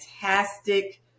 fantastic